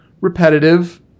repetitive